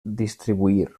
distribuir